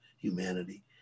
humanity